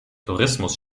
terrorismus